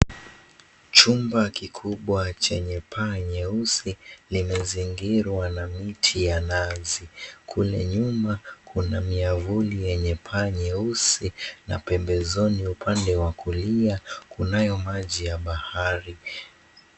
Chumba kikubwa chenye paa nyeusi linazingirwa na miti ya nazi. Kule nyuma kuna miavuli yenye paa nyeusi na pembezoni upande wa kulia kunayo maji ya bahari.